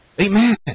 Amen